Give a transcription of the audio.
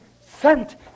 sent